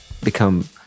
become